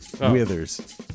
Withers